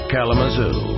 Kalamazoo